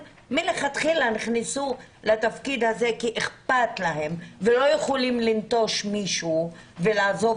מלכתחילה נכנסו לתפקיד הזה כי אכפת להם ולא יכולים לנטוש מישהו ולעזוב